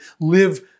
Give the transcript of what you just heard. live